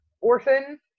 orphan